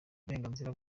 uburenganzira